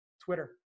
Twitter